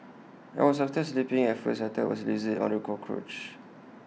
I was after sleeping at first I thought IT was A lizard or A cockroach